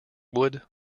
wood